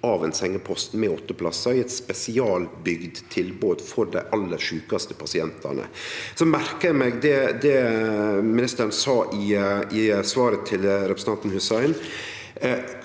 av ein sengepost med åtte plassar i eit spesialbygd tilbod for dei aller sjukaste pasientane. Eg merka meg det ministeren sa i svaret til representanten Hussein.